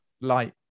light